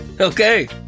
Okay